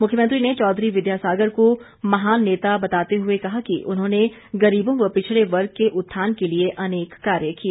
मुख्यमंत्री ने चौधरी विद्यासागर को महान नेता बताते हुए कहा कि उन्होंने गरीबों व पिछड़े वर्ग के उत्थान के लिए अनेक कार्य किए